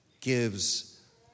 gives